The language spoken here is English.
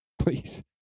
please